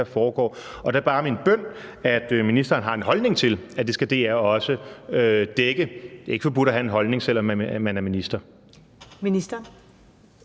her. Og der er det bare min bøn, at ministeren har en holdning til, at det skal DR også dække. Det er ikke forbudt at have en holdning, selv om man er minister.